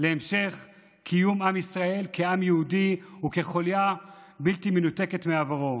להמשך קיום עם ישראל כעם יהודי וכחוליה בלתי מנותקת מעברו.